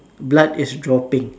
blood is dropping